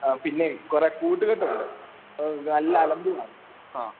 ആ പിന്നെ കുറേ കൂട്ടുകെട്ടുമുണ്ട് അത് നല്ല അലമ്പുമാണ് ആ